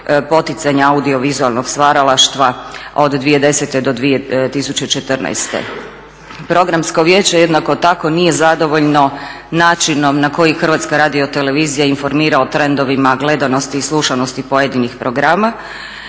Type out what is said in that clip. poticanja audiovizualnog stvaralaštva od 2010. do 2014. Programsko vijeće jednako tako nije zadovoljno načinom na koji Hrvatska radiotelevizija informira o trendovima gledanosti i slušanosti pojedinih programa.